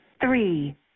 three